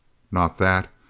not that!